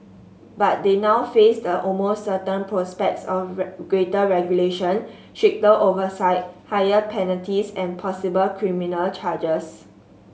but they now face the almost certain prospects of greater regulation stricter oversight higher penalties and possible criminal charges